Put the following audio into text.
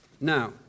Now